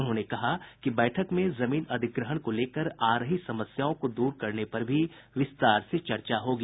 उन्होंने कहा कि बैठक में जमीन अधिग्रहण को लेकर आ रही समस्याओं को दूर करने पर विस्तार से चर्चा होगी